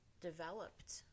developed